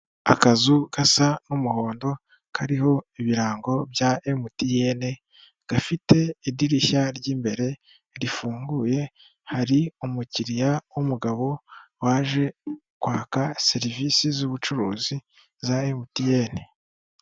Akazu gasa n'umuhondo kariho ibirango bya MTN, gafite idirishya ry'imbere rifunguye hari umukiriya w'umugabo waje kwaka serivisi zubucuruzi za MTN.